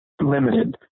limited